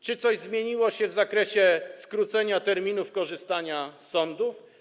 Czy coś zmieniło się w zakresie skrócenia terminów korzystania z sądów?